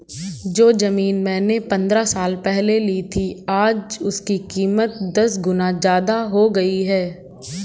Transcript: जो जमीन मैंने पंद्रह साल पहले ली थी, आज उसकी कीमत दस गुना जादा हो गई है